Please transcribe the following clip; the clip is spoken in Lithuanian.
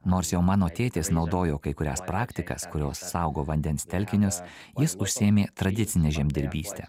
nors jau mano tėtis naudojo kai kurias praktikas kurios saugo vandens telkinius jis užsiėmė tradicine žemdirbyste